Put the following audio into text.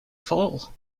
fall